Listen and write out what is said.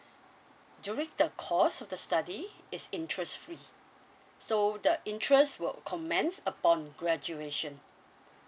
during the course of the study is interest free so the interest will commence upon graduation